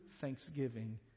thanksgiving